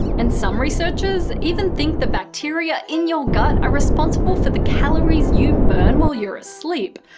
and some researchers even think the bacteria in your gut are responsible for the calories you burn while you're asleep.